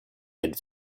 had